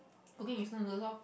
cooking instant noodles orh